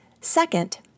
Second